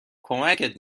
کمکت